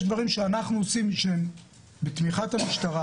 יש דברים שאנחנו עושים בתמיכת המשטרה